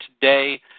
today